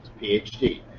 PhD